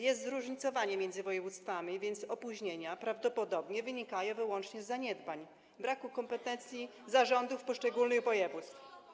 Jest zróżnicowanie między województwami, więc opóźnienia prawdopodobnie wynikają wyłącznie z zaniedbań, braku kompetencji zarządów poszczególnych województw.